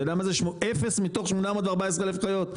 אתה יודע מה זה אפס מתוך 814 אלף חיות?